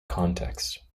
context